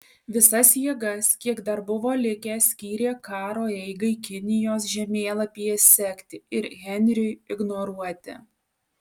visas jėgas kiek dar buvo likę skyrė karo eigai kinijos žemėlapyje sekti ir henriui ignoruoti